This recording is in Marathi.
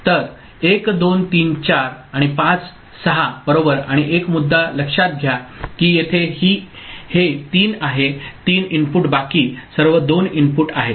तर 1 2 3 4 आणि 5 6 बरोबर आणि एक मुद्दा लक्षात घ्या की येथे हे 3 आहे 3 इनपुट बाकी सर्व 2 इनपुट आहेत